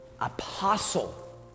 Apostle